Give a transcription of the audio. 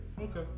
Okay